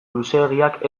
luzeegiak